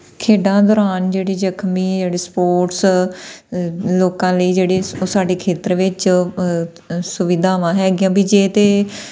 ਖੇਡਾਂ ਦੌਰਾਨ ਜਿਹੜੀ ਜ਼ਖਮੀ ਜਿਹੜੀ ਸਪੋਰਟਸ ਲੋਕਾਂ ਲਈ ਜਿਹੜੇ ਉਹ ਸਾਡੇ ਖੇਤਰ ਵਿੱਚ ਸੁਵਿਧਾਵਾਂ ਹੈਗੀਆਂ ਵੀ ਜੇ ਤੇ